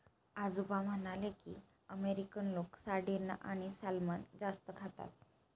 आजोबा म्हणाले की, अमेरिकन लोक सार्डिन आणि सॅल्मन जास्त खातात